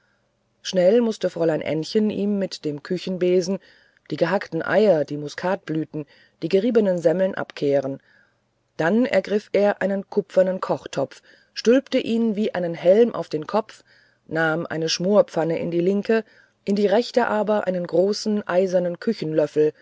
schnell mußte fräulein ännchen ihm mit dem küchenbesen die gehackten eier die muskatenblüten die geriebene semmel abkehren dann ergriff er einen kupfernen kochtopf stülpte ihn wie einen helm auf den kopf nahm eine schmorpfanne in die linke in die rechte hand aber einen großen eisernen